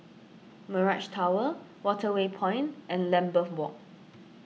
Mirage Tower Waterway Point and Lambeth Walk